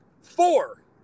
four